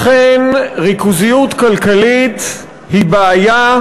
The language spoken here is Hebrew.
אכן, ריכוזיות כלכלית היא בעיה,